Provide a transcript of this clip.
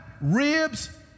ribs